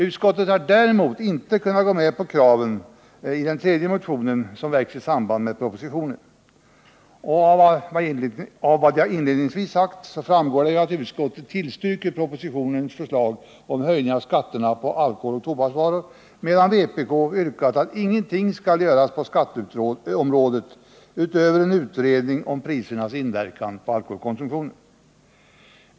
Utskottet har däremot inte kunnat gå med på kraven i den tredje motionen som väckts i samband med propositionen. Av vad jag inledningsvis sagt framgår ju att utskottet tillstyrker propositionens förslag om höjningar av skatterna på alkohol och tobaksvaror, medan vpk yrkat att ingenting skall göras på skatteområdet utöver en utredning om prisernas inverkan på alkoholkonsumtionen.